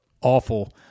awful